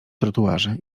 trotuarze